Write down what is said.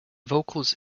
vocals